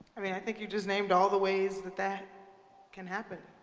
i mean i think you just named all the ways that that can happen.